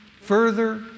further